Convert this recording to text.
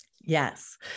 Yes